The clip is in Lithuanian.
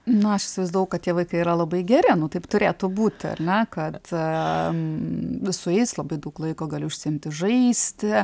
na aš įsivaizdavau kad tie vaikai yra labai geri nu taip turėtų būti ar ne kad su jais labai daug laiko gali užsiimti žaisti